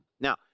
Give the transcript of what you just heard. Now